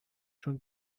چون